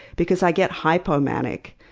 because i get hypomanic.